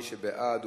מי שבעד,